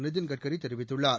நிதின் கட்கரி தெரிவித்துள்ளார்